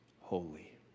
holy